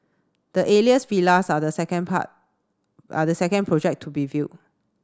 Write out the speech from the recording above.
the Alias Villas are the second part are the second project to be veiled